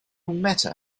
matter